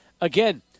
again